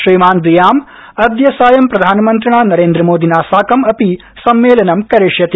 श्रीमान् दवियां अद्य सायं प्रधानमन्त्रिणा नरेन्द्रमोदिना साकम् अपि सम्मेलनं करिष्यति